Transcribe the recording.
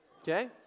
Okay